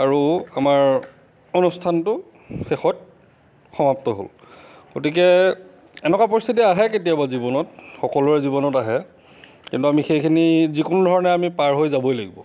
আৰু আমাৰ অনুষ্ঠানটো শেষত সমাপ্ত হ'ল গতিকে এনেকুৱা পৰিস্থিতি আহে কেতিয়াবা জীৱনত সকলোৰে জীৱনত আহে কিন্তু আমি সেইখিনি যিকোনো ধৰণে আমি পাৰ হৈ যাবই লাগিব